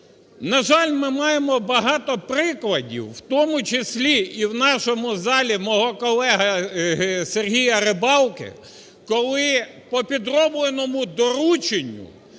На жаль, ми маємо багато прикладів, у тому числі і в нашому залі мого колеги Сергія Рибалки, коли по підробленому дорученню